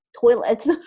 Toilets